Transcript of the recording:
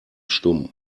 stumm